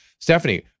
Stephanie